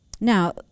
Now